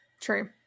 True